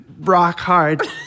rock-hard